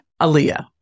Aaliyah